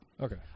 Okay